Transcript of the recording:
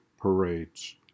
parades